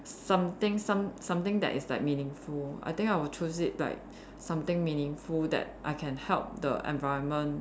something some something that is like meaningful I think I will choose it like something meaningful that I can help the environment